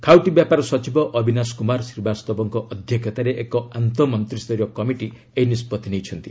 ଖାଉଟୀ ବ୍ୟାପାର ସଚିବ ଅବିନାଶ କୁମାର ଶ୍ରୀବାସ୍ତବଙ୍କ ଅଧ୍ୟକ୍ଷତାରେ ଏକ ଆନ୍ତଃମନ୍ତ୍ରୀସ୍ତରୀୟ କମିଟି ଏହି ନିଷ୍ପଭି ନେଇଛନ୍ତି